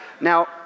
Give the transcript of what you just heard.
Now